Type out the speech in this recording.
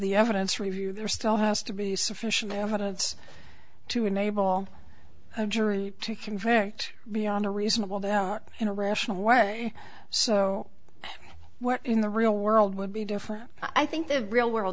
the evidence review there still has to be sufficient evidence to enable a jury to convict beyond a reasonable doubt in a rational way so what in the real world would be different i think the real world